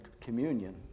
communion